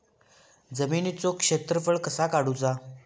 जमिनीचो क्षेत्रफळ कसा काढुचा?